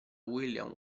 william